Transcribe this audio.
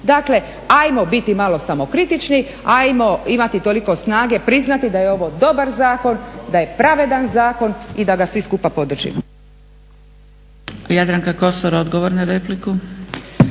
Dakle ajmo biti malo samokritični, ajmo imati toliko snage priznati da je ovo dobar zakon, da je pravedan zakon i da ga svi skupa podržimo.